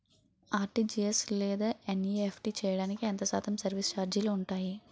RTGS లేదా NEFT చేయడానికి ఎంత శాతం సర్విస్ ఛార్జీలు ఉంటాయి?